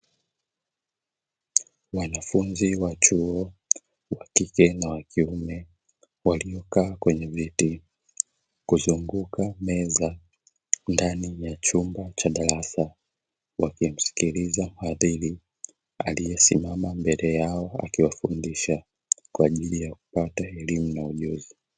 Wanafunzi wa chuo wa kike na wa kiume waliokaa kwenye viti kuzunguka meza ndani ya chumba cha darasa, wakimsikiliza mhadhiri aliyesimama mbele yao, akiwafundisha kwa ajili ya kupata elimu na ujuzi.